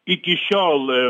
iki šiol